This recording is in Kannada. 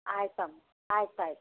ಆಯ್ತು ಅಮ್ಮ ಆಯ್ತು ಆಯ್ತು